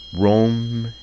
Rome